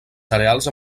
cereals